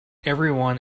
everyone